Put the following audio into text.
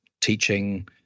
Teaching